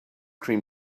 cream